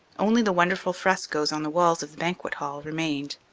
only the wonderful frescoes on the walls of the banquet hall remained.